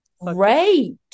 Great